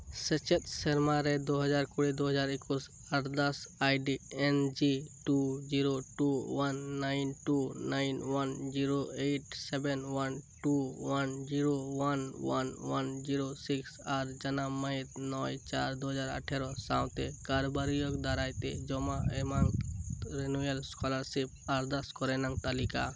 ᱥᱮᱪᱮᱫ ᱥᱮᱨᱢᱟ ᱨᱮ ᱫᱩ ᱦᱟᱡᱟᱨ ᱠᱩᱲᱤ ᱫᱩ ᱦᱟᱡᱟᱨ ᱮᱠᱩᱥ ᱟᱨᱫᱟᱥ ID N G two zero two one nine two nine one zero eight seven one two zero one one one zero six ᱟᱨ ᱡᱟᱱᱟᱢ ᱢᱟᱹᱦᱤᱛ ᱱᱚᱭ ᱪᱟᱨ ᱫᱩ ᱦᱟᱡᱟᱨ ᱟᱴᱷᱮᱨᱚ ᱥᱟᱶᱛᱮ ᱠᱟᱨᱵᱟᱨᱤᱭᱟᱜ ᱫᱟᱨᱟᱭᱛᱮ ᱡᱚᱢᱟ ᱮᱢᱟᱜ ᱨᱮᱱᱩᱭᱮᱞ ᱥᱠᱚᱞᱟᱨᱥᱤᱯ ᱟᱨᱫᱟᱥ ᱠᱚᱨᱮᱱᱟᱝ ᱛᱟᱞᱤᱠᱟ